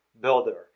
builder